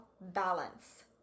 balance